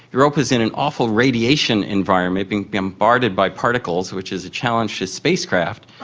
europa is in an awful radiation environment, being bombarded by particles, which is a challenge to spacecraft,